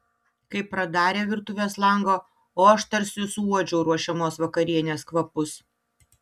kai pradarė virtuvės langą o aš tarsi suuodžiau ruošiamos vakarienės kvapus